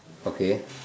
okay